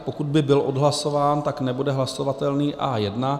Pokud by byl odhlasován, tak nebude hlasovatelný A1.